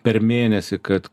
per mėnesį kad